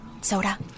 Soda